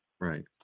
Right